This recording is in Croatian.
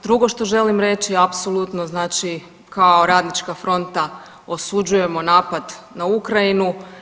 Drugo što želim reći apsolutno znači kao Radnička fronta osuđujemo napad na Ukrajinu.